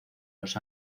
los